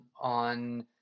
on